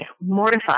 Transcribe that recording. mortified